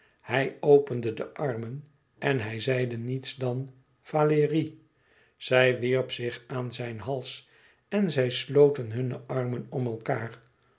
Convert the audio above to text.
hij opende de armen en hij zeide niets dan valérie zij wierp zich aan zijn hals en zij sloten hunne armen om elkaâr